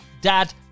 dad